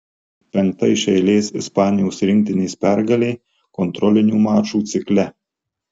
penkta iš eilės ispanijos rinktinės pergalė kontrolinių mačų cikle